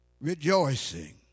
rejoicing